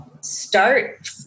start